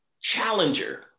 Challenger